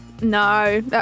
No